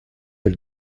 elle